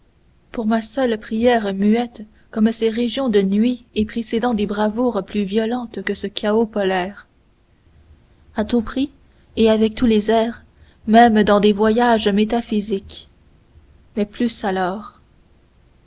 pour ma seule prière muette comme ces régions de nuit et précédant des bravoures plus violentes que ce chaos polaire a tout prix et avec tous les airs même dans des voyages métaphysiques mais plus alors